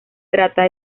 trata